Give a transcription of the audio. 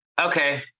Okay